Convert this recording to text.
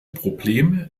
problem